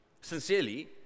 sincerely